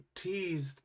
teased